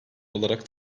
olarak